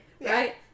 right